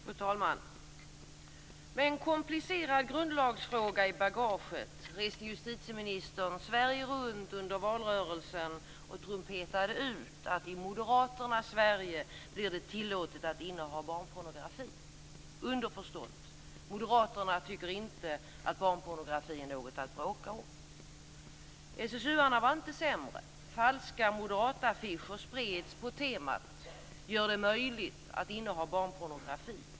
Fru talman! Med en komplicerad grundlagsfråga i bagaget reste justitieministern Sverige runt under valrörelsen och trumpetade ut att i Moderaternas Sverige blir det tillåtet att inneha barnpornografi. Underförstått: Moderaterna tycker inte att barnpornografi är något att bråka om. SSU:arna var inte sämre. Falska moderataffischer spreds på temat: "Gör det möjligt att inneha barnpornografi".